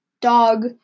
dog